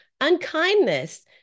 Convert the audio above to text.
unkindness